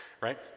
right